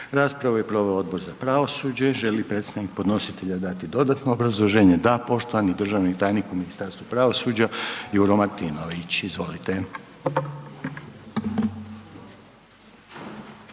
Raspravu je proveo Odbor za pravosuđe. Želi li predstavnik podnositelja dati dodatno obrazloženje? Da, poštovani državni tajnik u Ministarstvu pravosuđa Juro Martinović, izvolite.